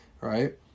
Right